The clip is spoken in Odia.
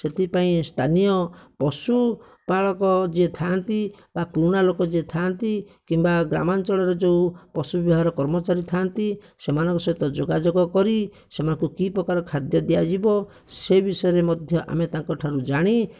ସେଥିପାଇଁ ସ୍ଥାନୀୟ ପଶୁ ପାଳକ ଯିଏ ଥାଆନ୍ତି ବା ପୁରୁଣା ଲୋକ ଯିଏ ଥାଆନ୍ତି କିମ୍ବା ଗ୍ରାମାଞ୍ଚଳରେ ଯେଉଁ ପଶୁ ବିଭାଗରେ କର୍ମଚାରୀ ଥାଆନ୍ତି ସେମାନଙ୍କ ସହିତ ଯୋଗାଯୋଗ କରି ସେମାନଙ୍କୁ କି ପ୍ରକାର ଖାଦ୍ୟ ଦିଆଯିବ ସେହି ବିଷୟରେ ମଧ୍ୟ ଆମେ ତାଙ୍କଠାରୁ ଜାଣି